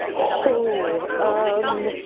hoh, um.